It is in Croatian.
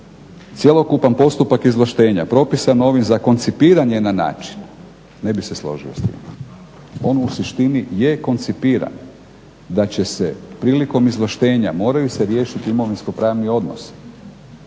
cjelokupan postupak izvlaštenje propisan ovim za koncipiranje na način". Ne bih se složio s tim. On u suštini je koncipiran da će se prilikom izvlaštenja moraju se riješiti imovinsko-pravni odnosi.